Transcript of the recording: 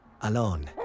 Alone